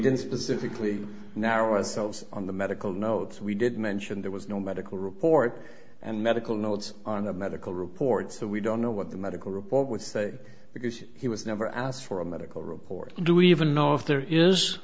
didn't specifically narrow ourselves on the medical notes we did mention there was no medical report and medical notes on the medical reports so we don't know what the medical report would say because he was never asked for a medical report do we even know if there is